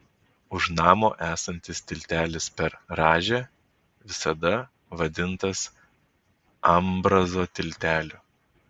už namo esantis tiltelis per rąžę visada vadintas ambrazo tilteliu